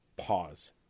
Pause